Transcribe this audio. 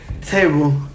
Table